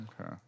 Okay